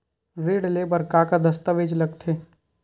ऋण ले बर का का दस्तावेज लगथे?